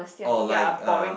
oh like uh